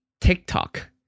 tiktok